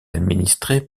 administré